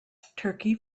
turkey